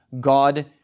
God